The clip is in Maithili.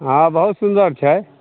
हँ बहुत सुन्दर छै